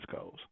goals